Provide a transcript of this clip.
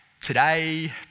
today